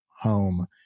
Home